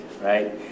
right